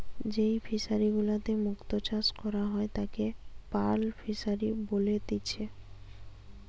যেই ফিশারি গুলাতে মুক্ত চাষ করা হয় তাকে পার্ল ফিসারী বলেতিচ্ছে